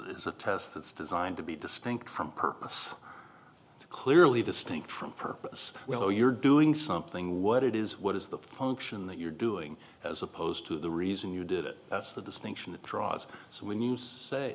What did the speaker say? is a test that's designed to be distinct from purpose clearly distinct from purpose well you're doing something what it is what is the function that you're doing as opposed to the reason you did it that's the distinction that draws so we need to say